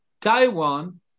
Taiwan